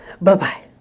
Bye-bye